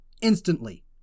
Instantly